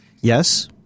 Yes